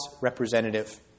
representative